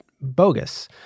bogus